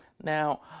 Now